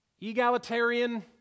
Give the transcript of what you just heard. egalitarian